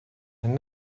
and